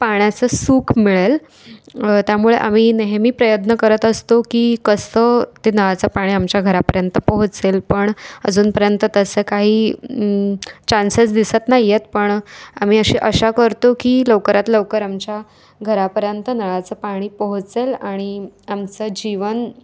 पाण्याचं सुख मिळेल त्यामुळे आम्ही नेहमी प्रयत्न करत असतो की कसं ते नळाचं पाणी आमच्या घरापर्यंत पोहोचेल पण अजूनपर्यंत तसं काही चान्सेस दिसत नाही आहेत पण आम्ही अशी आशा करतो की लवकरात लवकर आमच्या घरापर्यंत नळाचं पाणी पोहोचेल आणि आमचं जीवन